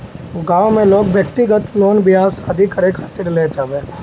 गांव में लोग व्यक्तिगत लोन बियाह शादी करे खातिर लेत हवे